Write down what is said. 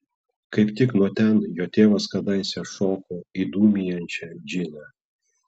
kaip tik nuo ten jo tėvas kadaise šoko į dūmijančią džiną